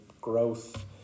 growth